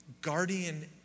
guardian